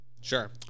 Sure